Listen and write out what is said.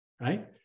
right